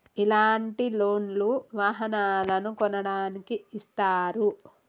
ఇలాంటి లోన్ లు వాహనాలను కొనడానికి ఇస్తారు